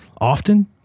Often